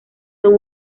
son